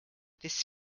this